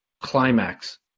climax